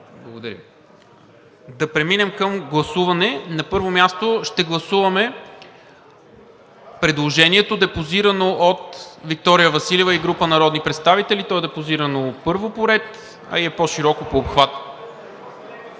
дискусията. Да преминем към гласуване. На първо място ще гласуваме предложението, депозирано от Виктория Василева и група народни представители. То е депозирано първо по ред, а е и по-широко по обхват.